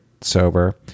sober